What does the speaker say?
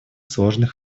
сложный